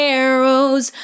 arrows